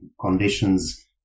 conditions